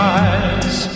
eyes